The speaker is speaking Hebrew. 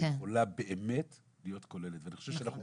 יכולה באמת להיות כוללת ואני חושב שאנחנו